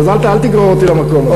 אז אל תגרור אותי למקום הזה.